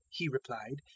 he replied,